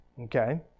Okay